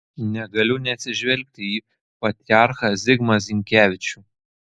negaliu neatsižvelgti į patriarchą zigmą zinkevičių